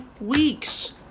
weeks